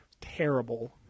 terrible